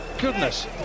Goodness